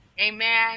amen